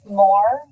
more